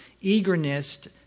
eagerness